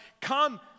come